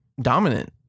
dominant